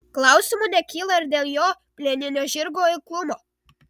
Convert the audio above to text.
klausimų nekyla ir dėl jo plieninio žirgo eiklumo